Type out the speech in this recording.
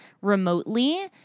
remotely